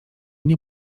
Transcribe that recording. nie